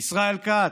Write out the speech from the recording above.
ישראל כץ,